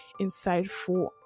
insightful